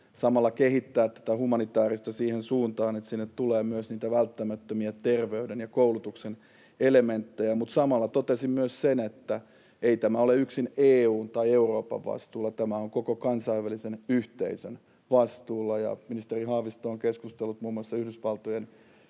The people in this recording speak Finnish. samalla kehittää tätä humanitääristä siihen suuntaan, että sinne tulee myös niitä välttämättömiä terveyden ja koulutuksen elementtejä. Samalla totesin myös sen, että ei tämä ole yksin EU:n tai Euroopan vastuulla, tämä on koko kansainvälisen yhteisön vastuulla. Ministeri Haavisto on keskustellut muun muassa Yhdysvaltojen